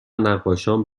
نقاشان